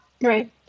Right